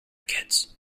kids